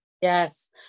Yes